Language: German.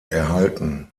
erhalten